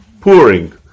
pouring